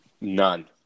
None